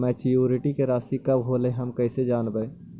Maturity के रासि कब होलै हम कैसे जानबै?